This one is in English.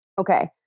Okay